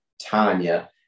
Tanya